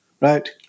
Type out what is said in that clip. right